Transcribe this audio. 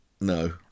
No